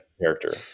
character